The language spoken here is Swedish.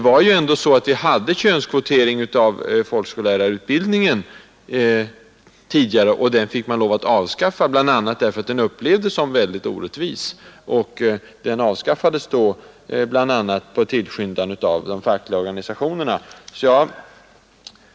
Vi hade tidigare könskvotering i folkskollärarutbildningen, och den fick man lov att avskaffa, bl.a. därför att den upplevdes som mycket orättvis. Den avskaffades på tillskyndan av bland andra de fackliga organisationerna.